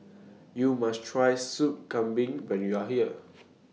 YOU must Try Soup Kambing when YOU Are here